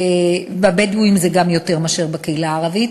גם אצל הבדואים זה יותר מאשר בקהילה הערבית.